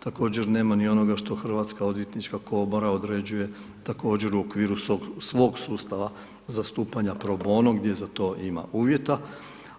Također nema ni onoga što Hrvatska odvjetnička komora određuje također u okviru svog sustava zastupanja pro bono gdje za to ima uvjeta,